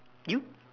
you